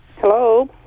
Hello